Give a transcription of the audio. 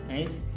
Nice